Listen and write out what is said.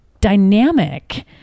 dynamic